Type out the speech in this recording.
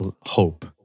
hope